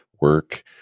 work